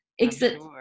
exit